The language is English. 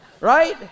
right